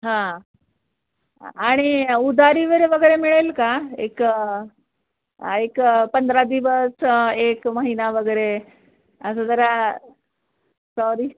हां आणि उदारी वरे वगैरे मिळेल का एक एक पंधरा दिवस एक महिना वगैरे असं जरा सॉरी